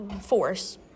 force